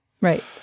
Right